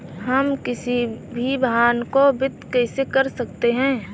हम किसी भी वाहन को वित्त कैसे कर सकते हैं?